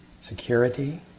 security